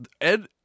Ed